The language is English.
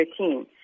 2013